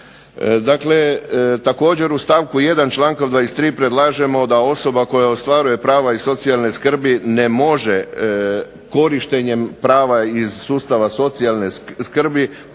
Dakle, također u stavku 1. članku 23. predlažemo da osoba koja ostvaruje prava iz socijalne skrbi ne može korištenjem prava iz sustava socijalne skrbi postići